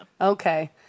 Okay